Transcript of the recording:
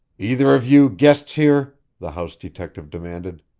either of you guests here? the house detective demanded.